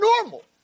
normal